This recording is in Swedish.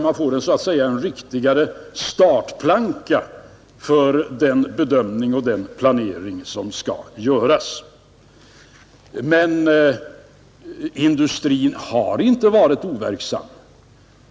Man får så att säga en riktigare startplanka för den bedömning och den planering som skall göras. Industrin har dock inte varit overksam.